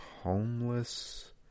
homeless